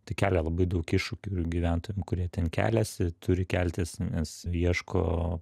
tai kelia labai daug iššūkių ir gyventojam kurie ten keliasi turi keltis nes ieško